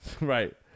Right